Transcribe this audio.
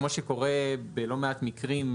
כמו שקורה בלא מעט מקרים,